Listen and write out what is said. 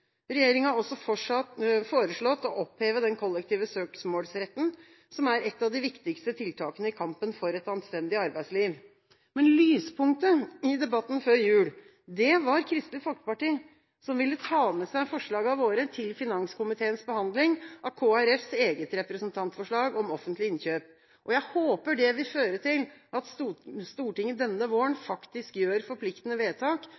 Regjeringa har også foreslått å oppheve den kollektive søksmålsretten, som er et av de viktigste tiltakene i kampen for et anstendig arbeidsliv. Men lyspunktet i debatten før jul var Kristelig Folkeparti, som ville ta med seg forslagene våre til finanskomiteens behandling av Kristelig Folkepartis eget representantforslag om offentlige innkjøp. Jeg håper det vil føre til at Stortinget denne våren faktisk gjør forpliktende vedtak